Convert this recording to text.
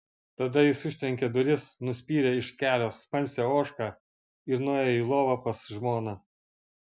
tada jis užtrenkė duris nuspyrė iš kelio smalsią ožką ir nuėjo į lovą pas žmoną